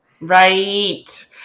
Right